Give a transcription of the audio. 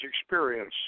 experience